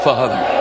Father